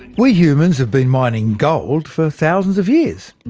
we humans have been mining gold for thousands of years.